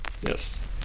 Yes